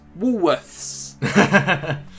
Woolworths